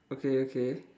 okay okay